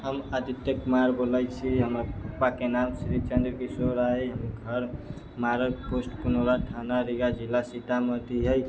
हम आदित्य कुमार बोलै छी हमर पापा के नाम श्री चन्द्रकिशोर अछि हमर घर मारर पोस्ट पुनौरा थाना रीगा जिला सीतामढ़ी अछि